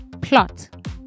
Plot